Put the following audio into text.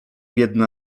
biedny